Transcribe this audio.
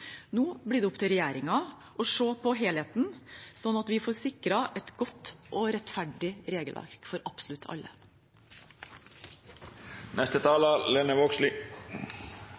Nå blir det opp til regjeringen å se på helheten, slik at vi får sikret et godt og rettferdig regelverk for absolutt